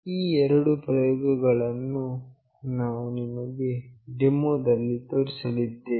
ಈ ಎರಡು ಪ್ರಯೋಗ ಗಳನ್ನು ನಾವು ನಿಮಗೆ ಡೆಮೋದಲ್ಲಿ ತೋರಿಸಲಿದ್ದೇವೆ